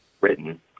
written